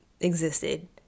existed